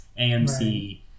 amc